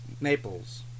Naples